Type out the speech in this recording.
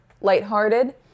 lighthearted